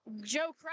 Joe